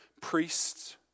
priests